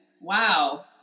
Wow